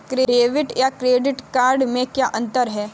Debit या credit card में क्या अन्तर है?